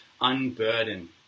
unburden